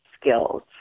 skills